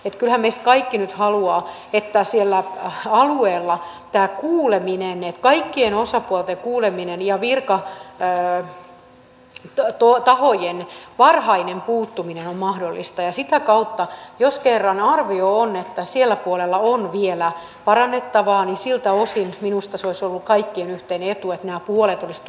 kyllähän meistä nyt kaikki haluavat että siellä alueella kaikkien osapuolten kuuleminen ja virkatahojen varhainen puuttuminen on mahdollista ja jos kerran arvio on että sillä puolella on vielä parannettavaa siltä osin minusta se olisi ollut kaikkien yhteinen etu että nämä puolet olisivat tulleet esille